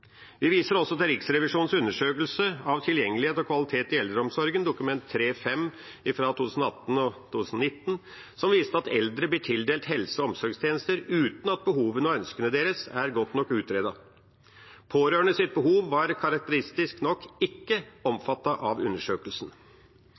Vi viser også til Riksrevisjonens undersøkelse av tilgjengelighet og kvalitet i eldreomsorgen, Dokument 3:5 for 2018–2019, som viste at eldre blir tildelt helse- og omsorgstjenester uten at behovene og ønskene deres er godt nok utredet. Pårørendes behov var karakteristisk nok ikke